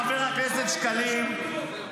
חבר הכנסת שקלים,